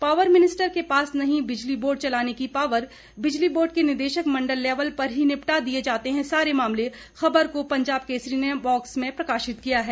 power minister के पास नहीं बिजली बोर्ड चलाने की पावर बिजली बोर्ड के निदेशक मंडल लेवल पर ही निपटा दिये जाते हैं सारे मामले खबर को पंजाब केसरी ने बॉक्स में प्रकाशित किया है